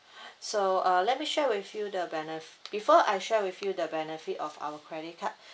so uh let me share with you the benef~ before I share with you the benefit of our credit card